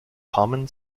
common